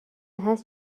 هست